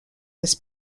this